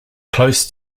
close